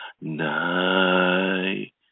night